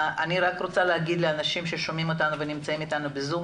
אני רק רוצה לומר לאנשים ששומעים אותנו ונמצאים איתנו בזום,